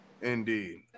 indeed